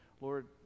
Lord